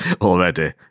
already